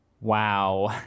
Wow